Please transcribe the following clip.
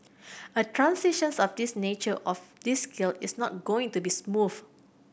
a transitions of this nature of this scale is not going to be smooth